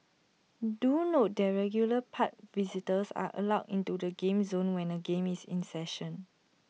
do note that regular park visitors are allowed into the game zone when A game is in session